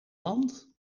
land